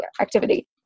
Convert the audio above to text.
activity